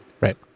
Right